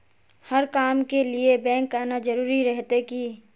हर काम के लिए बैंक आना जरूरी रहते की?